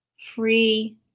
free